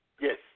Yes